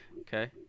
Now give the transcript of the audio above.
Okay